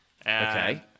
okay